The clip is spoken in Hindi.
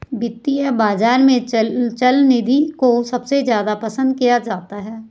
वित्तीय बाजार में चल निधि को सबसे ज्यादा पसन्द किया जाता है